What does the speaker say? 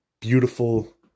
beautiful